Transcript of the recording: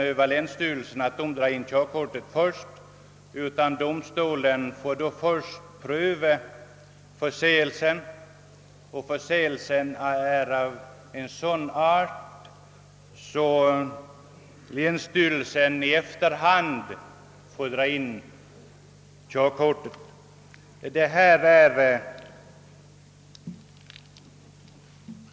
I andra fall kan det vara så att domstolen först prövar förseelsen och länsstyrelsen i efterhand får dra in körkortet.